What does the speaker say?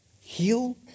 heal